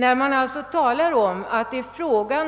När herr Ullsten därför talar